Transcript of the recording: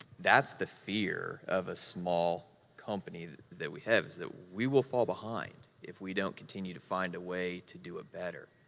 that's the fear of a small company that we have, is that we will fall behind if we don't continue to find a way to do it better.